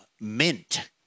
mint